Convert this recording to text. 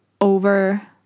over